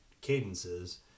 cadences